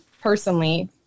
personally